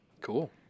Cool